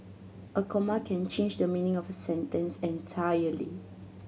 a comma can change the meaning of a sentence entirely